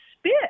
spit